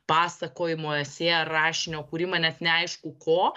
pasakojimo esė rašinio kūrimą nes neaišku ko